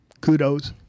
kudos